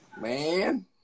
Man